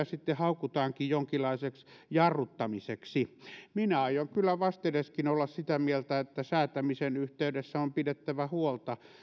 sitten jonkinlaiseksi jarruttamiseksi minä aion kyllä vastedeskin olla sitä mieltä että säätämisen yhteydessä on pidettävä huolta